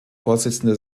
vorsitzende